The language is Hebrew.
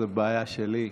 זו בעיה שלי.